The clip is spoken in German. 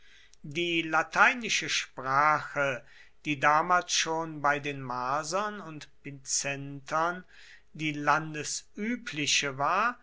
die lateinische sprache die damals schon bei den marsern und picentern die landübliche war